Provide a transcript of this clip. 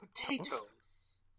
potatoes